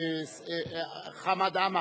חמד עמאר.